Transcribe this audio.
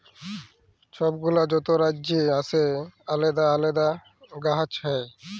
ছব গুলা যত রাজ্যে আসে আলেদা আলেদা গাহাচ হ্যয়